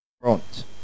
front